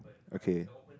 okay